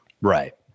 Right